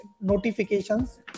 notifications